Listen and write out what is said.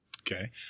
Okay